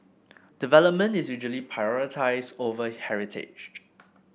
development is usually prioritised over heritage